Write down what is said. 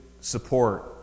support